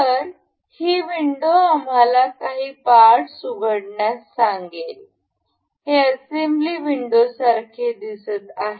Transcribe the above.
तर ही विंडो आम्हाला काही पार्टस उघडण्यास सांगेल हे असेंब्ली विंडोसारखे दिसत आहे